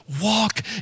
walk